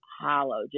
hollow